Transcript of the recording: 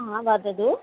हा वदतु